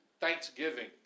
thanksgiving